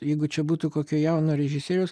jeigu čia būtų kokio jauno režisieriaus